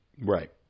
Right